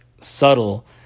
subtle